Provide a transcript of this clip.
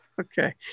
okay